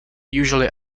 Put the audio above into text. usually